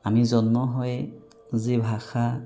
আমি জন্ম হৈয়ে যি ভাষা